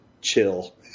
chill